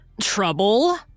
Trouble